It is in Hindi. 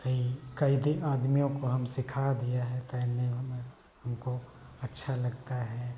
कई दिन आदमियों को हम सिखा दिए हैं तैरने में हमको अच्छा लगता है